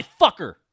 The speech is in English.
fucker